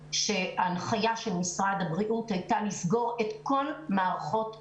כשהנחיית משרד הבריאות היתה לסגור את כל מערכות החינוך.